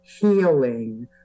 healing